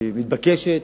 היא מתבקשת,